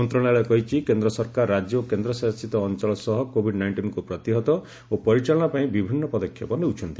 ମନ୍ତ୍ରଣାଳୟ କହିଛି କେନ୍ଦ୍ର ସରକାର ରାଜ୍ୟ ଓ କେନ୍ଦ୍ରଶାସିତ ଅଞ୍ଚଳ ସହ କୋଭିଡ୍ ନାଇଷ୍ଟିନ୍କୁ ପ୍ରତିହତ ଓ ପରିଚାଳନା ପାଇଁ ବିଭିନ୍ନ ପଦକ୍ଷେପ ନେଉଛନ୍ତି